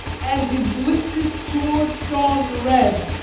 and his lifted sword shone red.